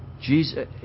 Jesus